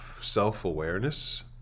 self-awareness